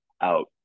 out